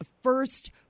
first